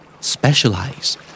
Specialize